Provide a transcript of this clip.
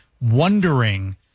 wondering